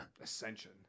Ascension